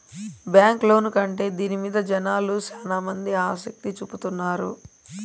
bank loan కంటే దీని మీద జనాలు శ్యానా మంది ఆసక్తి చూపుతున్నారు